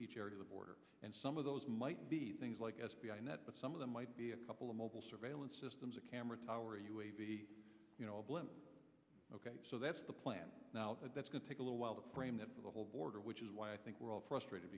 each area of the border and some of those might be things like s b i net but some of them might be a couple of mobile surveillance systems a camera tower u a b a blimp ok so that's the plan now that that's going to take a little while the frame that for the whole border which is why i think we're all frustrated